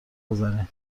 بزنی